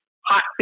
hot